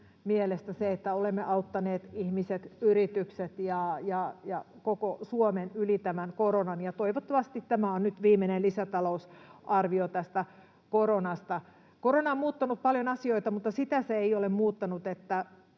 mielestä, että olemme auttaneet ihmiset, yritykset ja koko Suomen yli tämän koronan, ja toivottavasti tämä on nyt viimeinen lisätalousarvio koronasta. Korona on muuttanut paljon asioita, mutta sitä se ei ole muuttanut,